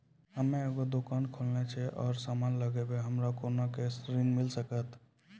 हम्मे एगो दुकान खोलने छी और समान लगैबै हमरा कोना के ऋण मिल सकत?